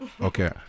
Okay